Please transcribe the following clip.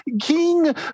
King